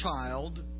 child